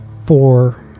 Four